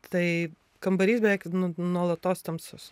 tai kambarys beveik nu nuolatos tamsus